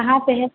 कहाँ पर है